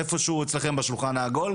איפה שהוא אצלכם בשולחן העגול.